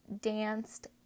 danced